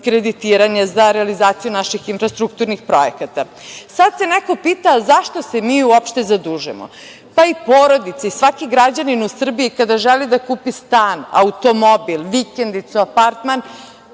za realizaciju naših infrastrukturnih projekata. Sad se neko pita zašto se mi uopšte zadužujemo? Pa, i porodice i svaki građanin u Srbiji kada želi da kupi stan, automobil, vikendicu, apartman,